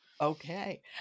Okay